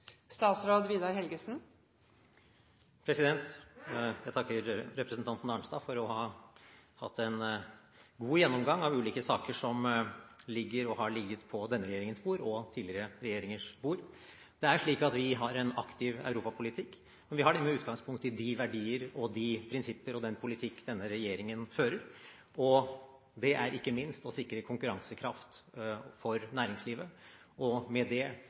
Jeg takker representanten Arnstad for å ha hatt en god gjennomgang av ulike saker som ligger på denne regjeringens bord, og som har ligget på tidligere regjeringers bord. Det er slik at vi har en aktiv europapolitikk, men vi har det med utgangspunkt i de verdier, de prinsipper og den politikk denne regjeringen fører. Det er ikke minst å sikre konkurransekraft for næringslivet. Med det